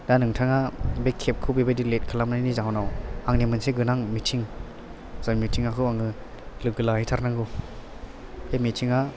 दा नोंथाङा बे केब खौ बेबायदि लेट खालामनायनि जाहोनाव आंनि मोनसे गोनां मिटिं जाय मिटिं खौ आङो लोगो लाहैथारनांगौ बे मिटिङा